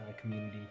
community